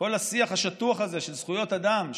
כל השיח השטוח הזה של זכויות אדם,